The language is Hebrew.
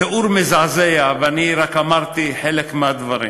תיאור מזעזע, ואני אמרתי רק חלק מהדברים.